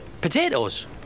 Potatoes